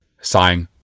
Sighing